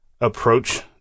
approach